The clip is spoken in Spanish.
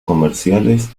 comerciales